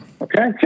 Okay